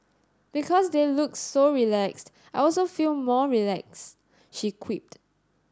because they look so relaxed I also feel more relaxed she quipped